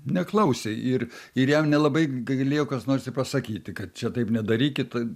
neklausė ir ir jam nelabai galėjo kas nors ir pasakyti kad čia taip nedarykit